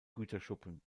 güterschuppen